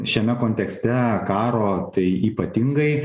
šiame kontekste karo tai ypatingai